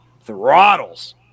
throttles